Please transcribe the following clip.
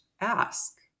ask